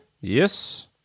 Yes